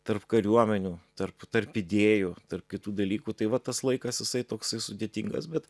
tarp kariuomenių tarp tarp idėjų tarp kitų dalykų tai va tas laikas jisai toks sudėtingas bet